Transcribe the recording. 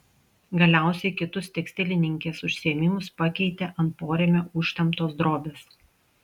galiausiai kitus tekstilininkės užsiėmimus pakeitė ant porėmio užtemptos drobės